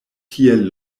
tiel